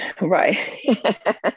right